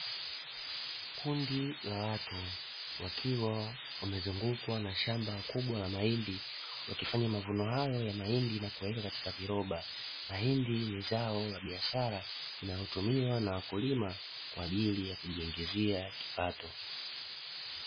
Kundi la watu wakiwa wamezungukwa na shamba kubwa la mahindi, wakifanya mavuno hayo ya mahindi na kuyaweka katika viroba; mahindi ni zao la biashara linalotumiwa na wakulima kwa ajili ya kujiingizia kipato.